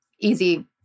Easy